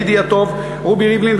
ידידי הטוב רובי ריבלין,